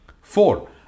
Four